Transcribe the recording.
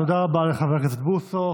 תודה רבה לחבר הכנסת בוסו.